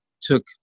took